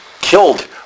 Killed